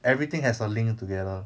everything has a linked together